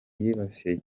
yibasiye